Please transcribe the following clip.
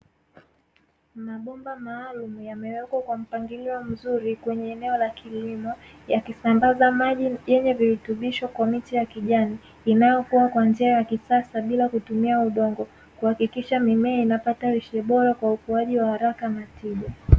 Mabomba maalumu yamewekwa kwa mpangilio mzuri kwenye eneo la kilimo, yakisambaza maji yenye virutubisho kwa miche ya kijani inayokua kwa njia ya kisasa, bila kutumia udongo kuhakikisha mimea inapata lishe bora kwa ukuaji wa haraka na tija.